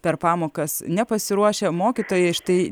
per pamokas nepasiruošę mokytojai štai